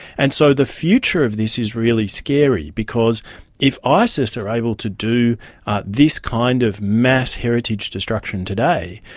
and so the future of this is really scary because if isis are able to do this kind of mass heritage destruction today,